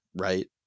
right